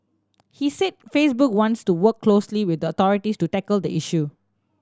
he said Facebook wants to work closely with the authorities to tackle the issue